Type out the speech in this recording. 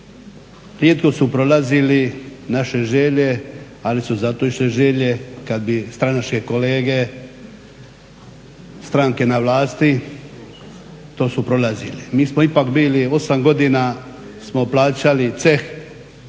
rijetko su prolazili naše želje, ali su zato išle želje kad bi stranačke kolege, stranke na vlasti, to su prolazili. Mi smo ipak bili osam godina smo plaćali ceh